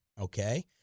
Okay